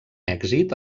èxit